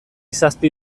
zazpi